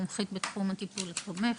מומחית בתחום הטיפול התומך.